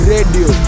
Radio